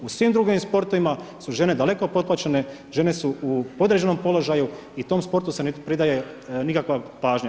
U svim drugim sportovima su žene daleko potplaćene, žene su u podređenom položaju i tom sportu se ne pridaje nikakva pažnja.